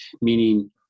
meaning